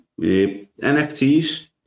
NFTs